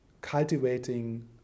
cultivating